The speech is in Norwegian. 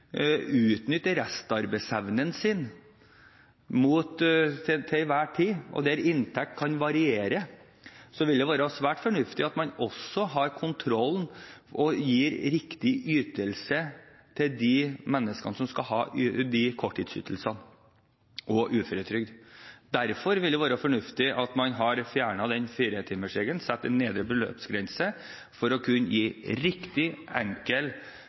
utnytte restarbeidsevnen sin, og der inntekt kan variere, vil det være svært fornuftig at man har kontrollen og gir riktig ytelse til de menneskene som skal ha de korttidsytelsene og uføretrygd. Derfor vil det være fornuftig at man har fjernet den firetimersregelen og satt en nedre beløpsgrense for å kunne tilby riktige og enkle ordninger også til disse menneskene til riktig